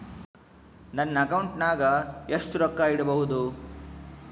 ನನ್ನ ಅಕೌಂಟಿನಾಗ ಎಷ್ಟು ರೊಕ್ಕ ಇಡಬಹುದು?